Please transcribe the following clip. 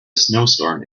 snowstorm